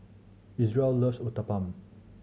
Isreal loves Uthapam